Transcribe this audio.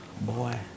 boy